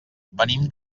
venim